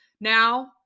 Now